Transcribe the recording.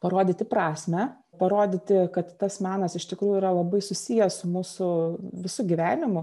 parodyti prasmę parodyti kad tas menas iš tikrųjų yra labai susijęs su mūsų visu gyvenimu